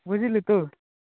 ବୁଝିଲୁ ତୁ